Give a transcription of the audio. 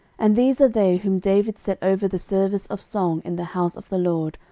and these are they whom david set over the service of song in the house of the lord,